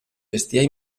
bestiar